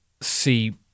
see